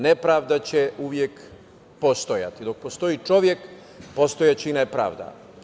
Nepravda će uvek postojati, dok postoji čovek, postojaće i nepravda.